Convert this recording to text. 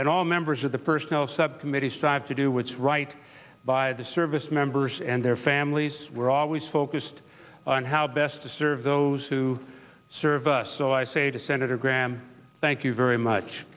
t all members of the personnel subcommittee strive to do what's right by the service members and their families were always focused on how best to serve those who serve us so i say to senator graham thank you very much